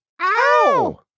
Ow